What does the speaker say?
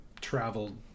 traveled